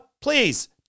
Please